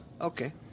Okay